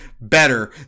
better